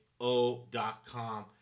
O.com